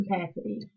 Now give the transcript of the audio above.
capacity